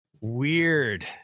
Weird